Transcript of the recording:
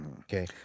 Okay